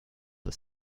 for